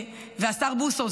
והשר בוסו,